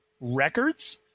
Records